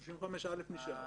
סעיף 35(א) נשאר.